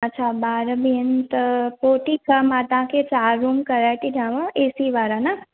अच्छा ॿार बि आहिनि त पोइ ठीकु आहे मां तव्हां खे चारि रूम कराए थी ॾियांव ए सी वारा न